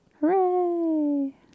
Hooray